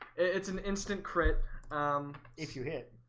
it's an instant crit if you hit